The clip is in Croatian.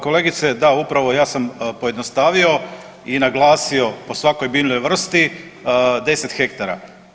Kolegica da upravo ja sam pojednostavio i naglasio po svakoj biljnoj vrsti 10 ha.